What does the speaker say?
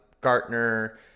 Gartner